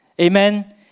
Amen